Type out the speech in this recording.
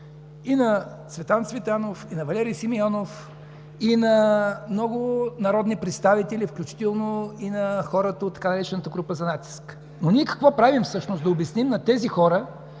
на Цветан Цветанов, на Валери Симеонов и на много народни представители, включително и на хората от така наречената „група за натиск“. Но какво правим всъщност ние? Да обясним на тези хора,